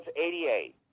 88